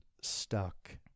stuck